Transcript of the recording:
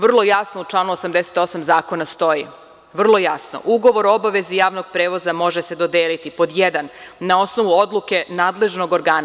Vrlo jasno u članu 88. zakona stoji, vrlo jasno - ugovor o obavezi javnog prevoza može se dodeliti: pod jedan, na osnovu odluke nadležnog organa.